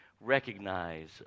recognize